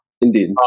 Indeed